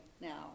now